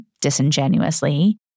disingenuously